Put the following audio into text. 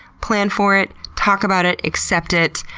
plan for it, talk about it, accept it,